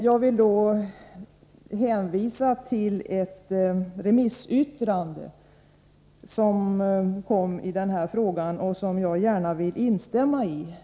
Låt mig då hänvisa till ett remissyttrande i den här frågan som jag gärna vill instämma i.